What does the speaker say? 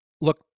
look